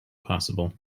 possible